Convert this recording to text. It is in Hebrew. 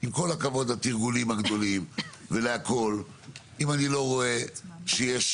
עם כל הכבוד לתרגולים הגדולים, אם אני לא רואה שיש